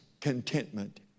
contentment